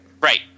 Right